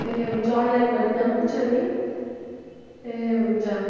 ए हुन्छ अनलाइन गरिदिँदा पनि हुन्छ नि ए हुन्छ